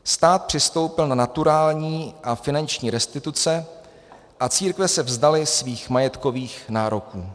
Stát přistoupil na naturální a finanční restituce a církve se vzdaly svých majetkových nároků.